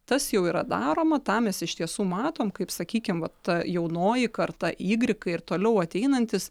tas jau yra daroma tą mes iš tiesų matom kaip sakykim va ta jaunoji karta ygrikai ir toliau ateinantys